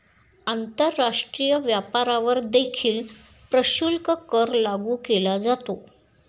आंतरराष्ट्रीय व्यापारावर देखील प्रशुल्क कर लागू केला जातो